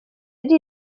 yari